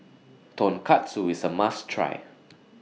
Tonkatsu IS A must Try